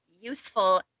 useful